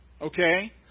Okay